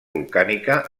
volcànica